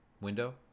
window